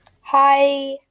Hi